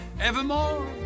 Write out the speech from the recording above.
evermore